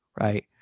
right